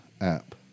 app